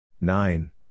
nine